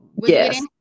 Yes